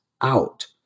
out